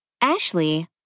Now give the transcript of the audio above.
Ashley